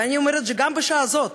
ואני אומרת שגם בשעה הזאת,